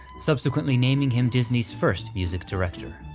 subsequently naming him disney's first music director.